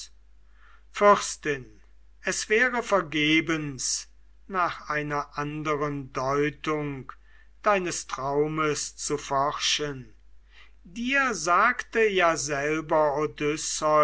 es wäre vergebens nach einer anderen deutung deines traumes zu forschen dir sagte ja selber